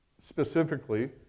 specifically